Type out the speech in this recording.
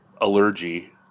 allergy